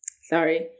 Sorry